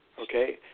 okay